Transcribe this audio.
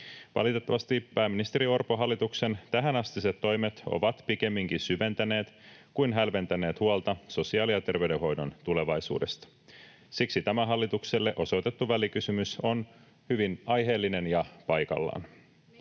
Valitettavasti pääministeri Orpon hallituksen tähänastiset toimet ovat pikemminkin syventäneet kuin hälventäneet huolta sosiaali- ja terveydenhoidon tulevaisuudesta. Siksi tämä hallitukselle osoitettu välikysymys on hyvin aiheellinen ja paikallaan.